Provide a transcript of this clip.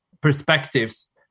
perspectives